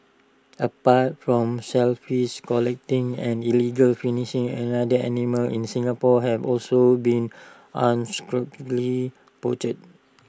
apart from shellfish collecting and illegal finishing and another animals in Singapore have also been unscrupulously poached